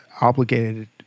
obligated